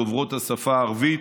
דוברות השפה הערבית,